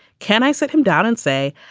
can i sit him down and say,